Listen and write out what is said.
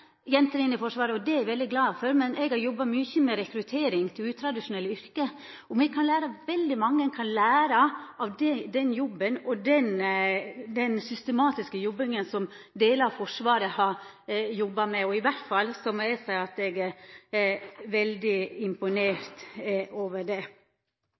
i Forsvaret, og det er eg veldig glad for. Men eg har jobba mykje med rekruttering til utradisjonelle yrke, og veldig mange kan læra av den jobben og den systematiske jobbinga som delar av Forsvaret har drive med. I alle fall må eg seia at eg er veldig imponert over det.